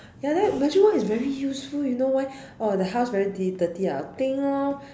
ya then magic wand is very useful you know why oh the house very di dirty ah ding loh